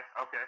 okay